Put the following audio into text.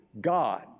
God